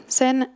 sen